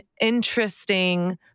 interesting